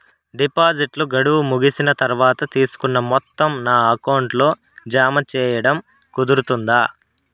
డిపాజిట్లు గడువు ముగిసిన తర్వాత, తీసుకున్న మొత్తం నా అకౌంట్ లో జామ సేయడం కుదురుతుందా?